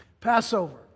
Passover